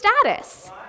status